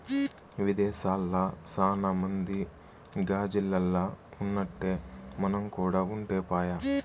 విదేశాల్ల సాన మంది గాజిల్లల్ల ఉన్నట్టే మనం కూడా ఉంటే పాయె